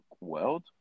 world